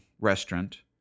restaurant